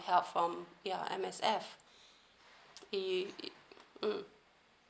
help from ya M_S_F be mm